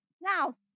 now